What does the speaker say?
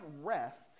rest